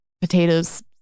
potatoes